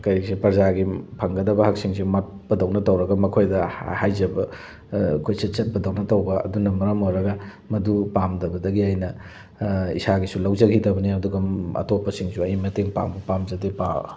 ꯀꯔꯤꯁꯦ ꯄ꯭ꯔꯖꯥꯒꯤ ꯐꯪꯒꯗꯕ ꯍꯛꯁꯤꯡꯁꯤ ꯃꯠꯄꯗꯧꯅ ꯇꯧꯔꯒ ꯃꯈꯣꯏꯗ ꯍꯥꯏꯖꯕ ꯀꯣꯏꯆꯠ ꯆꯠꯄꯗꯧꯅ ꯇꯧꯕ ꯑꯗꯨꯅ ꯃꯔꯝ ꯑꯣꯏꯔꯒ ꯃꯗꯨ ꯄꯥꯝꯗꯕꯗꯒꯤ ꯑꯩꯅ ꯏꯁꯥꯒꯤꯁꯨ ꯂꯧꯖꯈꯤꯗꯕꯅꯤ ꯑꯗꯨꯒ ꯑꯇꯣꯞꯄꯁꯤꯡꯁꯨ ꯑꯩ ꯃꯇꯦꯡ ꯄꯥꯡꯕ ꯄꯥꯝꯖꯗꯦ